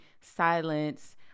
silence